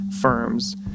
firms